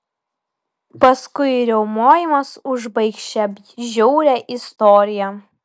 paskui riaumojimas užbaigs šią žiaurią istoriją